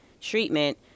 treatment